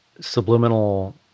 subliminal